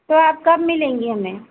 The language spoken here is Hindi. तो आप कब मिलेंगी हमें